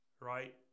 right